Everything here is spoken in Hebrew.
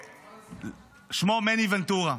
שמו מני ונטורה.